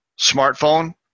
smartphone